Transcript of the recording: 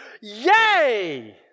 Yay